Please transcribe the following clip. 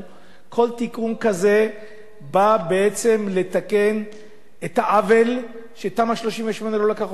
כל תיקון כזה בא בעצם לתקן את העוול שתמ"א 38 לא לקחה אותו בחשבון.